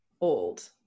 Old